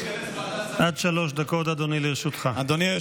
עד שלוש דקות לרשותך, אדוני.